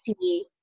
see